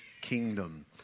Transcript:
kingdom